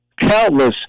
countless